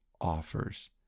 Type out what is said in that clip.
offers